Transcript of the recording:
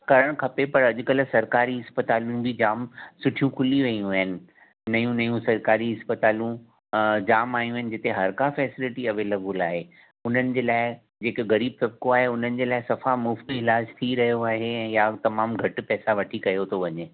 करणु खपे पर अॼकल्ह सरकारी हस्पतालियूं बि जाम सुठियूं खुलियूं रहियूं आहिनि नयूं नयूं सरकारी हस्प्तालियूं जाम आयूं आहिनि जिते हर का फैसिलिटी अवैलेबल आहे हुननि जे लाइ जेके गरीब तब्क़ो आहे हुननि जे लाइ सफ़ा मुफ़्त इलाज थी रहियो आहे ऐं या तमामु घटि पैसा वठी कयो थो वञे